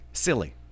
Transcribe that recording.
Silly